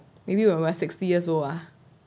maybe when we're sixty years old ah